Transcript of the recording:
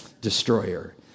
Destroyer